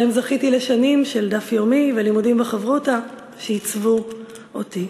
שבהם זכיתי לשנים של דף יומי ולימודים בחברותא שעיצבו אותי.